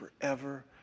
forever